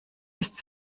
ist